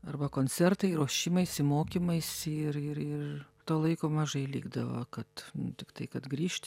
arba koncertai ruošimaisi mokymaisi ir ir ir to laiko mažai likdavo kad tiktai kad grįžti